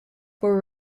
were